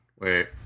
wait